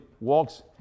walks